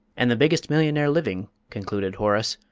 and the biggest millionaire living, concluded horace,